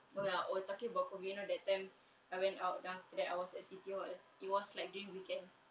oh ya talking about COVID you know that time I went out then after that I was at city hall it was like during weekend